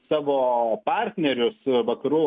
savo partnerius vakarų